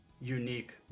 unique